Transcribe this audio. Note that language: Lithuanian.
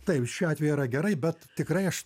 taip šiuo atveju yra gerai bet tikrai aš